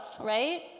right